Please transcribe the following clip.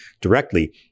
directly